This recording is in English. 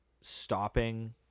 stopping